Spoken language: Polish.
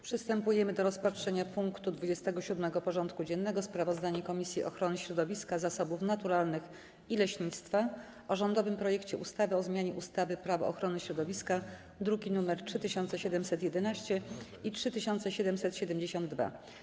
Przystępujemy do rozpatrzenia punktu 27. porządku dziennego: Sprawozdanie Komisji Ochrony Środowiska, Zasobów Naturalnych i Leśnictwa o rządowym projekcie ustawy o zmianie ustawy Prawo ochrony środowiska (druki nr 3711 i 3772)